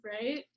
right